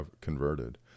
converted